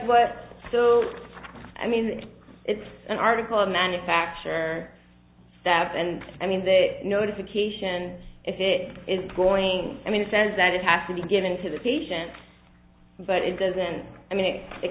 what so i mean it's an article of manufacture that and i mean the notification if it is going i mean it says that it has to be given to the patient but it doesn't i mean it